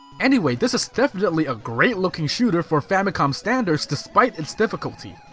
anyway, this is definitely a great looking shooter for famicom standards despite its difficulty.